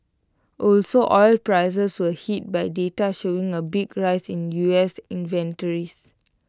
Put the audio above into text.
also oil prices were hit by data showing A big rise in U S inventories